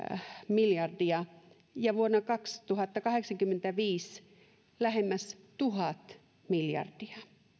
miljardia ja vuonna kaksituhattakahdeksankymmentäviisi lähemmäs tuhat miljardia